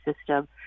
system